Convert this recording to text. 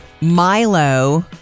Milo